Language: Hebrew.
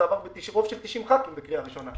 זה עבר ברוב של 90 חברי כנסת בקריאה ראשונה.